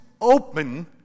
open